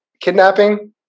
kidnapping